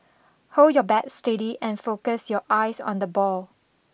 hold your bat steady and focus your eyes on the ball